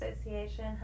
Association